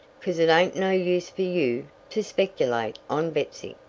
cause it ain't no use fer you to speculate on betsy.